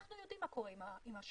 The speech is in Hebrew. אנחנו יודעים מה קורה עם השב"כ.